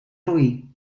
roí